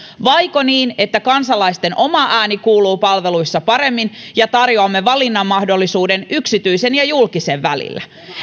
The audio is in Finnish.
vaiko niin että kansalaisten oma ääni kuuluu palveluissa paremmin ja tarjoamme valinnan mahdollisuuden yksityisen ja julkisen välillä